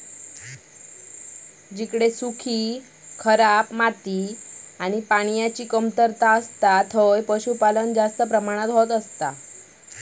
जिकडे सुखी, खराब माती आणि पान्याची कमतरता असता थंय पशुपालन जास्त प्रमाणात होता